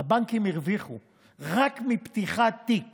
הבנקים הרוויחו רק מפתיחת תיק